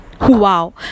Wow